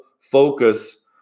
focus